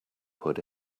put